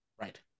Right